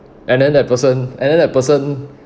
and then that person and then that person